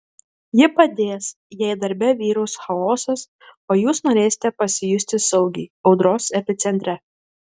ji padės jei darbe vyraus chaosas o jūs norėsite pasijusti saugiai audros epicentre